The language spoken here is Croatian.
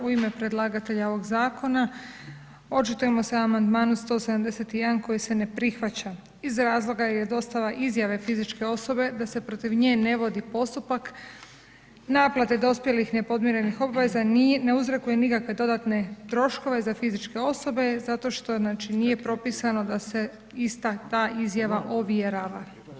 U ime predlagatelja ovoga zakona očitujemo se o amandmanu 171. koji se ne prihvaća, iz razloga jer dostava izjave fizičke osobe da se protiv nje ne vodi postupak naplate dospjelih nepodmirenih obveza ne uzrokuje nikakve dodatne troškove za fizičke osobe, zato što znači nije propisano da se ista ta izjava ovjerava.